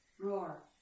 roar